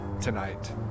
tonight